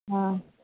हँ